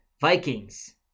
Vikings